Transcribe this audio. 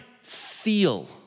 feel